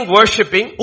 worshipping